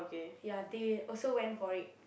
ya they also went for it